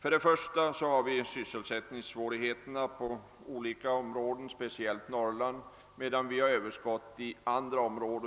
För det första har vi sysselsättningssvårigheter i olika områden, speciellt i Norrland, medan det är överskott av arbetskraft inom andra områden.